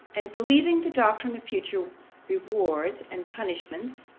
and believing the doctrine of future rewards and punishments,